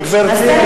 גברתי.